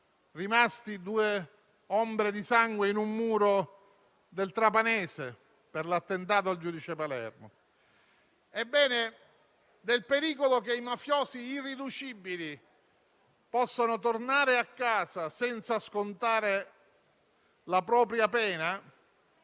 rimasti due ombre di sangue in un muro del Trapanese per l'attentato al giudice Palermo. Ebbene, del pericolo che i mafiosi irriducibili possano tornare a casa senza scontare la propria pena